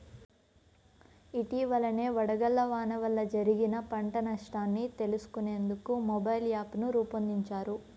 ఇటీవలనే వడగళ్ల వాన వల్ల జరిగిన పంట నష్టాన్ని తెలుసుకునేందుకు మొబైల్ యాప్ను రూపొందించారు